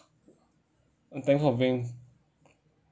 and thanks for being